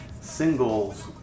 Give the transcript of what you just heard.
singles